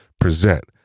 present